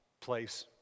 place